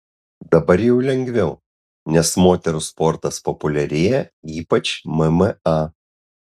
dabar jau lengviau nes moterų sportas populiarėja ypač mma